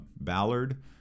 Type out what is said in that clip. Ballard